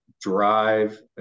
drive